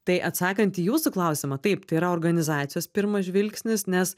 tai atsakant į jūsų klausimą taip tai yra organizacijos pirmas žvilgsnis nes